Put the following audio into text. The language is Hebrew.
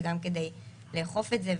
וגם כדי לאכוף את זה,